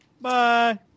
Bye